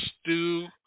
stew